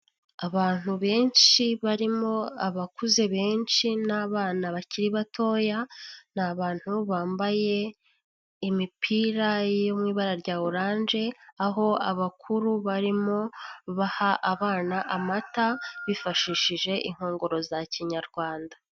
Abantu benshi barimo abakuze benshi n'abana bakiri batoya, ni abantu bambaye imipira yo mu ibara rya oranje aho abakuru barimo baha abana amata bifashishije inkongoro za kinyarwanda.